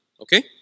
Okay